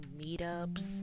meetups